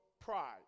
pride